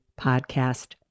podcast